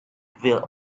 reveal